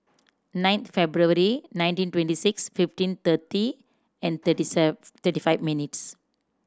nine February nineteen twenty six fifteen thirty and thirty save thirty five minutes